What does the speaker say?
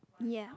ya